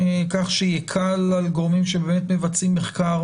כך שיקל על גורמים שבאמת מבצעים מחקר